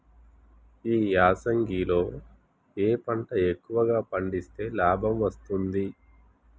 ఈ యాసంగి లో ఏ పంటలు ఎక్కువగా పండిస్తే లాభం వస్తుంది?